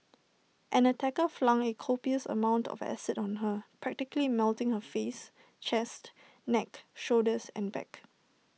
an attacker flung A copious amount of acid on her practically melting her face chest neck shoulders and back